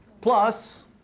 plus